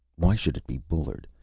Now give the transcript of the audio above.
why should be bullard?